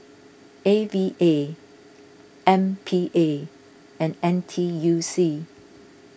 A V A M P A and N T U C